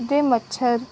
ਦੇ ਮੱਛਰ